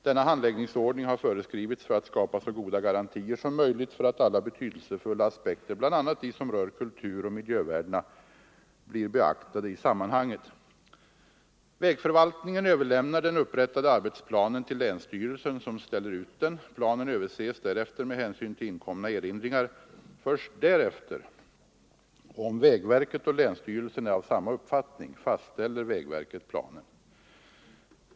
Denna handläggningsordning har föreskrivits för att skapa så goda garantier som möjligt för att alla betydelsefulla aspekter — bl.a. de som rör kulturoch miljövärdena — blir beaktade i sammanhanget. Vägförvaltningen överlämnar den upprättade arbetsplanen till länsstyrelsen, som ställer ut den. Planen överses därefter med hänsyn till inkomna erinringar. Först därefter — och om vägverket och länsstyrelsen är av samma uppfattning — fastställer vägverket planen.